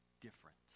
different